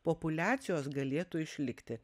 populiacijos galėtų išlikti